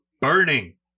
burning